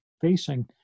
facing